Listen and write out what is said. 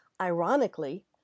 Ironically